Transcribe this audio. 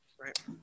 Right